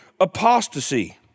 apostasy